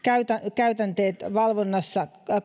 käytänteet valvonnassa